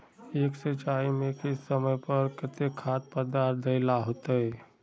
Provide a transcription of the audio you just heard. एक सिंचाई में किस समय पर केते खाद पदार्थ दे ला होते?